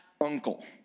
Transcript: uncle